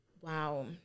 Wow